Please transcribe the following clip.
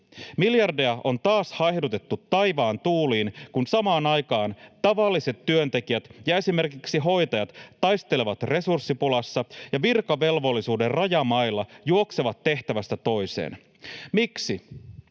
Miljardeja on taas haihdutettu taivaan tuuliin, kun samaan aikaan tavalliset työntekijät ja esimerkiksi hoitajat taistelevat resurssipulassa ja virkavelvollisuuden rajamailla juoksevat tehtävästä toiseen. Miksi?